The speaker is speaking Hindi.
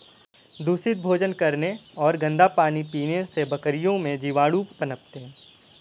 दूषित भोजन करने और गंदा पानी पीने से बकरियों में जीवाणु पनपते हैं